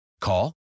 Call